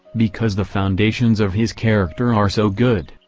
because the foundations of his character are so good,